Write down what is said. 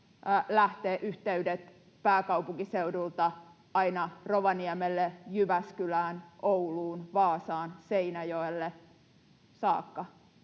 lähtee yhteydet pääkaupunkiseudulta aina Rovaniemelle, Jyväskylään, Ouluun, Vaasaan ja Seinäjoelle saakka.